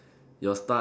your start